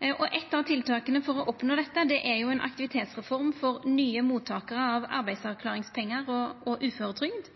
Eit av tiltaka for å oppnå dette er ei aktivitetsreform for nye mottakarar av arbeidsavklaringspengar og uføretrygd.